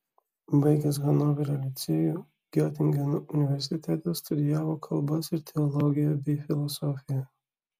baigęs hanoverio licėjų giotingeno universitete studijavo kalbas ir teologiją bei filosofiją